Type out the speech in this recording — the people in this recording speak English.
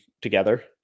together